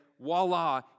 voila